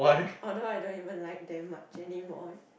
oh no I don't even like them much anymore